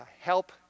help